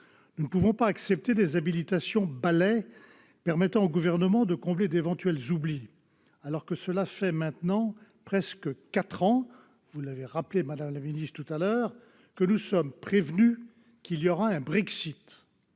Nous ne pouvons accepter des habilitations « balai » permettant au Gouvernement de combler d'éventuels oublis, alors que cela fait maintenant presque quatre ans, comme vous l'avez rappelé, madame la secrétaire d'État, que nous sommes prévenus qu'il y aura un Brexit.